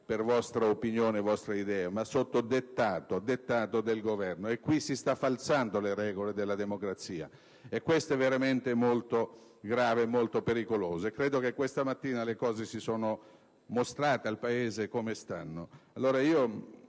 per vostra opinione o idea, ma sotto dettato del Governo. Qui si stanno falsando le regole della democrazia e questo è veramente molto grave e pericoloso. Credo che questa mattina le cose si siano mostrate al Paese per come stanno.